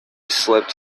slept